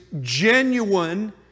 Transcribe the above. genuine